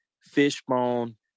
Fishbone